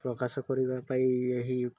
ପ୍ରକାଶ କରିବା ପାଇଁ ଏହି